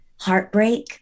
heartbreak